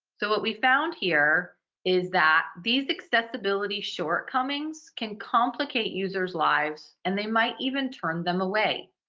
so what we found here is that these accessibility shortcomings can complicate users' lives, and they might even turn them away.